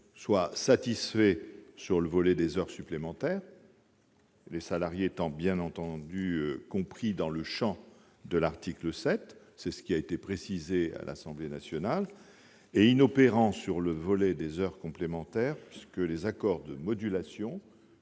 soit satisfaits sur le volet des heures supplémentaires- les salariés étant compris dans le champ de l'article 7, c'est ce qui a été précisé à l'Assemblée nationale -, soit inopérants sur le volet des heures complémentaires, puisque de tels accords de modulation,